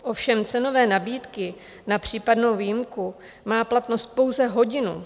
Ovšem cenové nabídky na případnou výjimku mají platnost pouze hodinu.